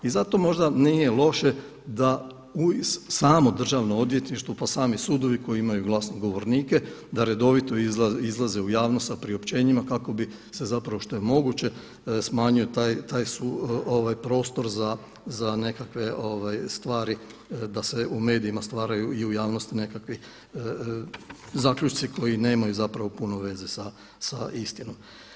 I zato možda nije loše da samo državno odvjetništvo pa i sami sudovi koji imaju glasnogovornike da redovito izlaze u javnost sa priopćenjima kako bi se zapravo što je moguće smanjio taj prostor za nekakve stvari da se u medijima stvaraju i u javnosti nekakvi zaključci koji nemaju zapravo puno veze sa istinom.